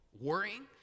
Worrying